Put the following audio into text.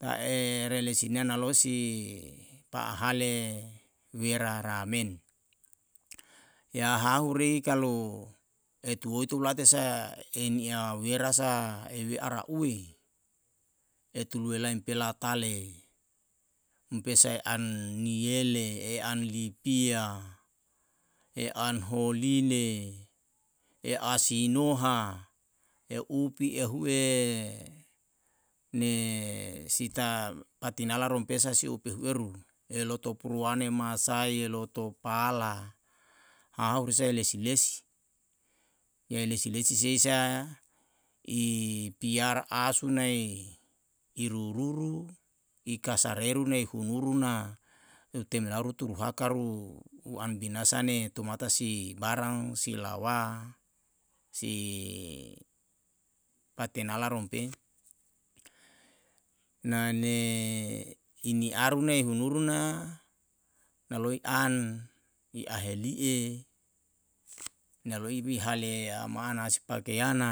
Ta'e rele sinia nalo si pa'a hale wera ramen. ya hahu rei kalu etuoi tou ulate sa einia wera sa ei we a ra'ue, e tulue laem pela tale mpesae an niele e an lipia e an holine e a sinoha e upi ehu'e ne sita patinala rompe sa si upe ehu eru eloto puruane masai loto pala hau risa e lesi lesi ye lesi lesi se isa i piara asu nae i ru ruru i kasareru nae i hunuru na uten lau ru turu hakaru u an binasa ne tumata si barang si lawa si patinala rompe. nane i ni'aru nae hunuruna naloe an i a heli'e naloi bihale amana si pakeana